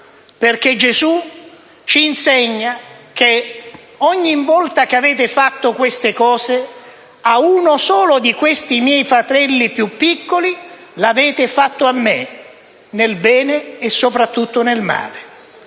perché Gesù ha detto: «ogni volta che avete fatto queste cose a uno solo di questi miei fratelli più piccoli, l'avete fatto a me», nel bene e soprattutto nel male.